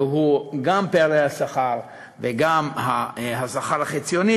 והיא גם פערי השכר וגם השכר החציוני,